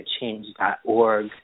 change.org